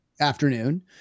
afternoon